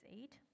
Eight